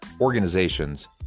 organizations